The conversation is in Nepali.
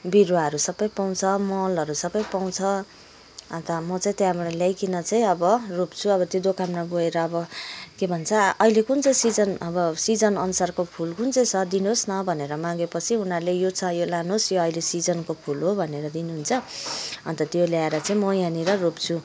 बिरुवाहरू सबै पाउँछ मलहरू सबै पाउँछ अन्त म चाहिँ त्यहाँबाट ल्याइकन चाहिँ अब रोप्छु अब दोकानमा गएर अब के भन्छ अहिले कुन चाहिँ सिजन अब सिजन अनुसारको फुल कुन चाहिँ छ दिनुहोस् न भनेर मागेपछि उनीहरूले यो छ यो लानुहोस् यो अहिले सिजनको फुल हो भनेर दिनुहुन्छ अन्त त्यो ल्याएर चाहिँ म यहाँनिर रोप्छु